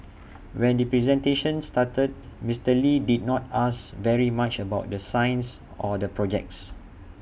when the presentation started Mister lee did not ask very much about the science or the projects